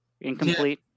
Incomplete